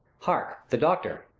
hark, the doctor.